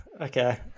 okay